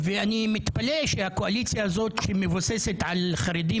ואני מתפלא שהקואליציה הזאת שמבוססת על חרדים